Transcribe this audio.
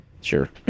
Sure